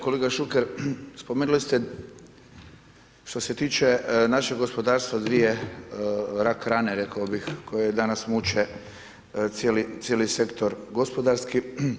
Kolega Šuker, spomenuli ste, što se tiče našeg gospodarstva, dvije rak rane, rekao bih koje danas muče cijeli sektor gospodarski.